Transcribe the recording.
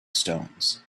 stones